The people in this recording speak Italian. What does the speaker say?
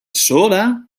sola